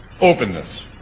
openness